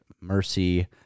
mercy